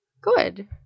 good